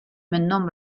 minnhom